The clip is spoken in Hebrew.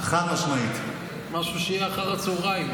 משהו שיהיה אחר הצוהריים,